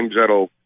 that'll